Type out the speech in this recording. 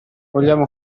vogliamo